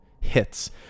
hits